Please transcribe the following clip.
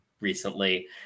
recently